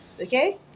Okay